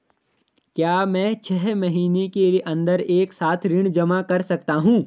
क्या मैं छः महीने के अन्दर एक साथ ऋण जमा कर सकता हूँ?